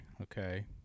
okay